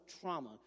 trauma